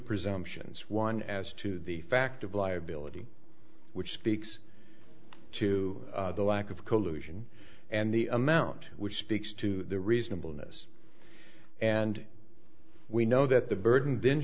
presumptions one as to the fact of liability which speaks to the lack of collusion and the amount which speaks to the reasonableness and we know that the burden th